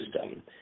System